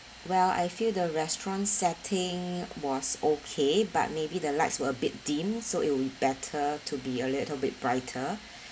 well I feel the restaurant setting was okay but maybe the lights were a bit dim so it will be better to be a little bit brighter and